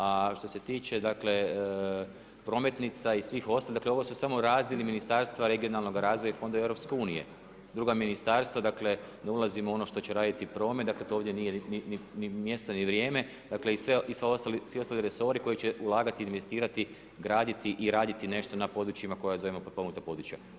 A što se tiče dakle prometnica i svih ostalih, dakle ovo su samo razdjeli ministarstva regionalnog razvoja i fondova EU, druga ministarstva, dakle ne ulazimo u ono što će raditi promet, to nije ni mjesto, ni vrijeme i svi ostali resori koji će ulagati, investirati, graditi i raditi nešto na područjima koje zovemo potpomognuta područja.